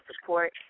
support